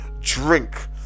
drink